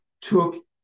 took